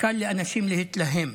קל לאנשים להתלהם.